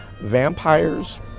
vampires